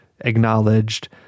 acknowledged